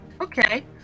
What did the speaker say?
Okay